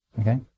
Okay